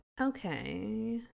Okay